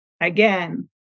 again